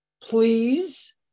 please